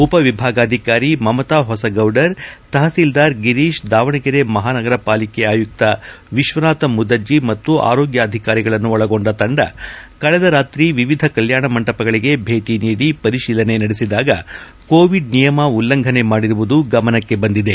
ಉಪ ವಿಭಾಗಾಧಿಕಾರಿ ಮಮತಾ ಹೊಸಗೌಡರ್ ತಪತೀಲ್ದಾರ್ ಗಿರೀತ್ ದಾವಣಗೆರೆ ಮಹಾನಗರ ಪಾಲಿಕೆ ಆಯುಕ್ತ ವಿಶ್ಲನಾಥ ಮುದಜ್ಞ ಮತ್ತು ಆರೋಗ್ನಾಧಿಕಾರಿಗಳನ್ನು ಒಳಗೊಂಡ ತಂಡ ಕಳೆದ ರಾತ್ರಿ ವಿವಿಧ ಕಲ್ನಾಣ ಮಂಟಪಗಳಗೆ ಭೇಟಿ ನೀಡಿ ಪರಿಶೀಲನೆ ನಡೆಸಿದಾಗ ಕೋವಿಡ್ ನಿಯಮ ಉಲ್ಲಂಘನೆ ಮಾಡಿರುವುದು ಗಮನಕ್ಕೆ ಬಂದಿದೆ